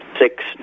six